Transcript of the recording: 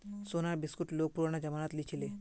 सोनार बिस्कुट लोग पुरना जमानात लीछीले